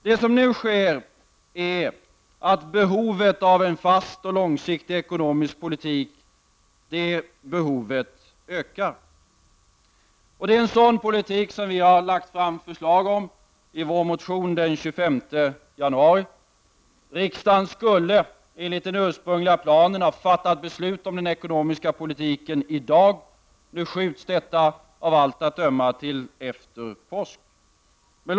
Det som nu sker är att behovet av en fast och långsiktig ekonomisk politik ökar. Det är en sådan politik som vi moderater har lagt förslag om i vår motion den 25 januari. Riksdagen skulle enligt den ursprungliga planen ha fat tat beslut om den ekonomiska politiken just i dag. Nu uppskjuts detta beslut av allt att döma till efter påsk.